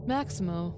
Maximo